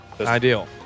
ideal